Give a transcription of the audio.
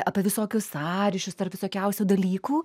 apie visokius sąryšius tarp visokiausių dalykų